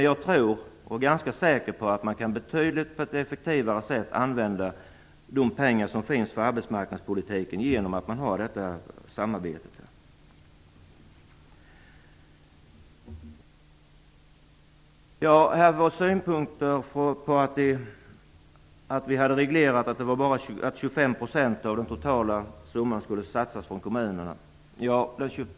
Jag är ganska säker på att man genom ett sådant samarbete på ett betydligt effektivare sätt kan använda de pengar som finns för arbetsmarknadspolitiken. Det fanns synpunkter på att vi hade reglerat att 25 % av den totala summan skulle satsas av kommunerna.